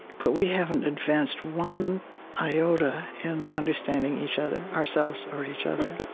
but we haven't advanced one iota in understanding each other, ourselves or each other and